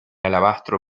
alabastro